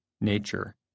nature